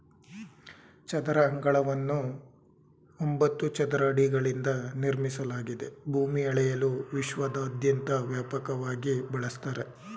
ಚದರ ಅಂಗಳವನ್ನು ಒಂಬತ್ತು ಚದರ ಅಡಿಗಳಿಂದ ನಿರ್ಮಿಸಲಾಗಿದೆ ಭೂಮಿ ಅಳೆಯಲು ವಿಶ್ವದಾದ್ಯಂತ ವ್ಯಾಪಕವಾಗಿ ಬಳಸ್ತರೆ